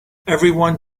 everyone